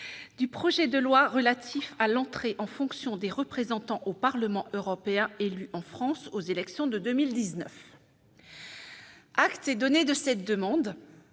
du projet de loi relatif à l'entrée en fonction des représentants au Parlement européen, élu en France aux élections de 2019. Acte et donner de cette demande,